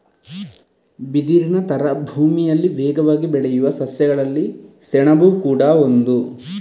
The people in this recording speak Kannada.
ಬಿದಿರಿನ ತರ ಭೂಮಿಯಲ್ಲಿ ವೇಗವಾಗಿ ಬೆಳೆಯುವ ಸಸ್ಯಗಳಲ್ಲಿ ಸೆಣಬು ಕೂಡಾ ಒಂದು